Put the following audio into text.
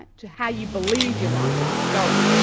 and to how you believe your life is going.